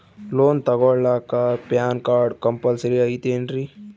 Loan ತೊಗೊಳ್ಳಾಕ PAN card compulsory ಐಯ್ತೇನ್ರಿ?